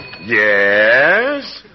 Yes